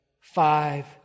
Five